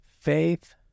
faith